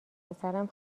پسرم